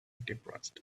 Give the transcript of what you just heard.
depressed